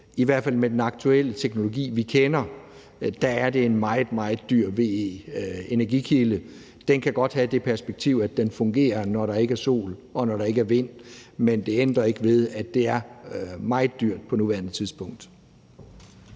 i hvert fald med den aktuelle teknologi, vi kender, er en meget, meget dyr VE-energikilde. Den kan godt have det perspektiv, at den fungerer, når der ikke er sol, og når der ikke er vind, men det ændrer ikke ved, at det er meget dyrt på nuværende tidspunkt.